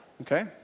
Okay